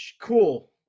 Cool